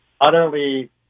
utterly